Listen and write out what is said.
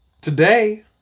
Today